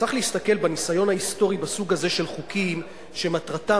צריך להסתכל בניסיון ההיסטורי בסוג הזה של חוקים שמטרתם